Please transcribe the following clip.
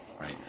right